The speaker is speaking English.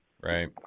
right